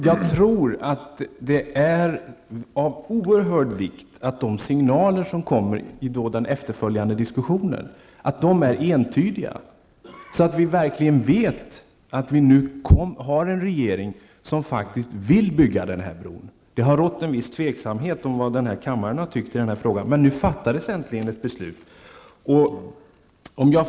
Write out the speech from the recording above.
Jag tror att det är av oerhörd vikt att de signaler som kommer fram i den efterföljande diskussionen är entydiga, så att vi kan försäkra oss om att vi har en regering som vill bygga den här bron. Det har rått en viss tveksamhet om kammarens inställning i denna fråga, men nu har det äntligen fattats ett beslut.